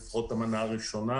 לפחות את המנה הראשונה.